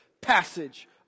passage